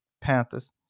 Panthers